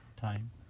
time